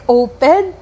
open